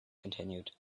continued